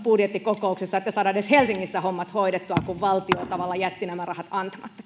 budjettikokouksessa että saadaan edes helsingissä hommat hoidettua kun valtio tavallaan jätti nämä rahat antamatta